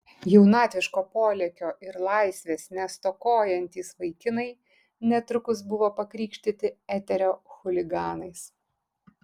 jaunatviško polėkio ir laisvės nestokojantys vaikinai netrukus buvo pakrikštyti eterio chuliganais